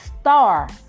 star